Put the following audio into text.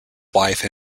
wife